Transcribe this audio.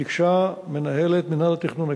ביקשה מנהלת מינהל התכנון,